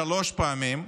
פעמים.